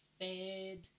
fed